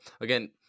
again